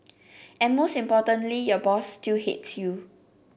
and most importantly your boss still hates you